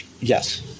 Yes